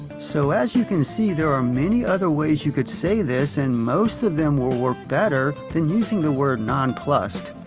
so, as you can see, there are many other ways you could say this, and most of them will work better than using the word nonplussed.